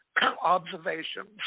observations